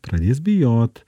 pradės bijot